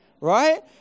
right